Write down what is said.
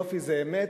יופי זה אמת,